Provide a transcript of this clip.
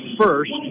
first